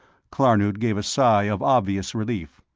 klarnood gave a sigh of obvious relief.